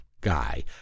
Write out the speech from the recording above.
guy